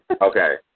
Okay